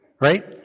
Right